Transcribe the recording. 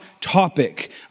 topic